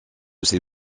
ces